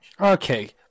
Okay